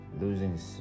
Losing